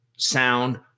sound